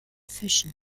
fischen